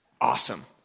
awesome